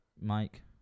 Mike